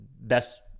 best